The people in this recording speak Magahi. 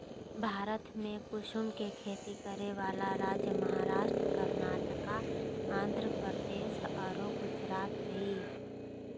भारत में कुसुम के खेती करै वाला राज्य महाराष्ट्र, कर्नाटक, आँध्रप्रदेश आरो गुजरात हई